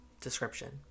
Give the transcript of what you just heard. Description